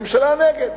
הממשלה נגד.